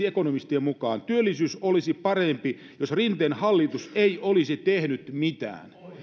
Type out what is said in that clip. ekonomistien mukaan työllisyys olisi parempi jos rinteen hallitus ei olisi tehnyt mitään